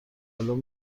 الان